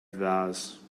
vase